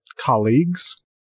colleagues